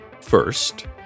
First